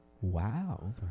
Wow